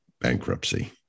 bankruptcy